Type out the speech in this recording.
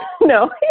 No